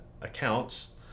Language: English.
accounts